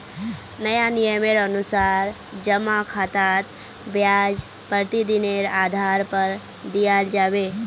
नया नियमेर अनुसार जमा खातात ब्याज प्रतिदिनेर आधार पर दियाल जाबे